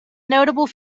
notable